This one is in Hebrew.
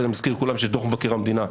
ואני מזכיר לכולם שדוח מבקר המדינה,